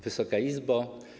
Wysoka Izbo!